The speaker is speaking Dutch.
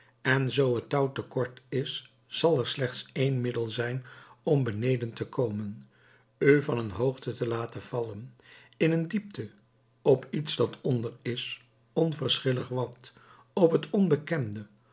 en zoo het touw te kort is zal er slechts één middel zijn om beneden te komen u van een hoogte te laten vallen in een diepte op iets dat onder is onverschillig wat op het onbekende